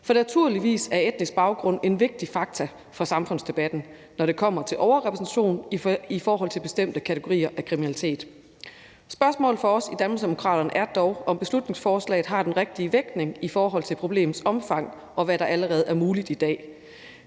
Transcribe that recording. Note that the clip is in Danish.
For naturligvis er etnisk baggrund en vigtig faktor for samfundsdebatten, når det kommer til en overrepræsentation i forhold til bestemte kategorier af kriminalitet. Spørgsmålet for os i Danmarksdemokraterne er dog, om beslutningsforslaget har den rigtige vægtning i forhold til problemets omfang, og hvad der allerede er muligt i dag.